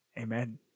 Amen